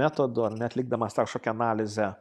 metodu ar ne atlikdamas tą kažkokią analizę